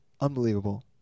Unbelievable